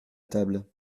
table